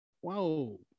Whoa